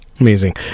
Amazing